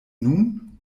nun